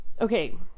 Okay